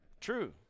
True